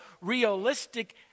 realistic